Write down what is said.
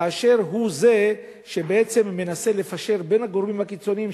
כאשר הוא זה שבעצם מנסה לפשר בין הגורמים הקיצוניים,